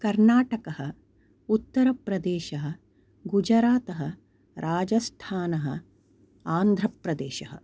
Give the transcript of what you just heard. कर्णाटकः उत्तरप्रदेशः गुजरातः राजस्थानः आन्ध्रप्रदेशः